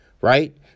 right